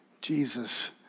Jesus